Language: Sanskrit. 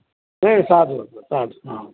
साधुः साधुः आम्